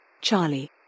Charlie